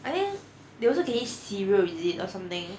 I think they also can eat cereal is it or something